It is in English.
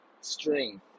strength